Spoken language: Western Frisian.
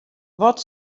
wat